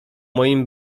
moim